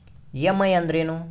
EMI ಅಂದ್ರೇನು?